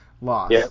loss